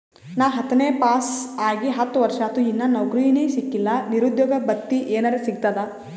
ನಾ ಹತ್ತನೇ ಪಾಸ್ ಆಗಿ ಹತ್ತ ವರ್ಸಾತು, ಇನ್ನಾ ನೌಕ್ರಿನೆ ಸಿಕಿಲ್ಲ, ನಿರುದ್ಯೋಗ ಭತ್ತಿ ಎನೆರೆ ಸಿಗ್ತದಾ?